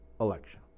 election